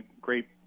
great